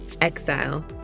exile